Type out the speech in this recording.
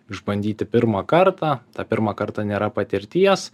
išbandyti pirmą kartą tą pirmą kartą nėra patirties